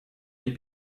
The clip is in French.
des